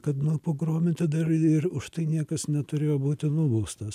kad nupogrominti dar ir už tai niekas neturėjo būti nubaustas